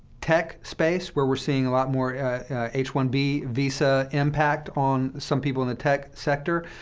tech space, where we're seeing a lot more h one b visa impact on some people in the tech sector,